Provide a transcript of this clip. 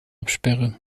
absperre